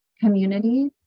community